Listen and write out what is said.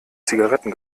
zigaretten